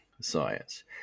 science